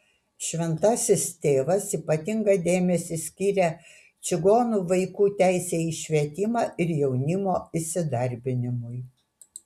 šventasis tėvas ypatingą dėmesį skyrė čigonų vaikų teisei į švietimą ir jaunimo įsidarbinimui